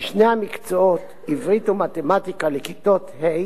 במקצועות עברית ומתמטיקה בכיתות ה'